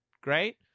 Great